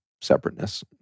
separateness